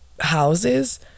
houses